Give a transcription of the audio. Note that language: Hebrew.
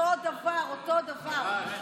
אותו דבר, אותו דבר.